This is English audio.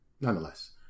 Nonetheless